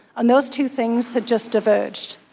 and those two things had just diverged.